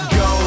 go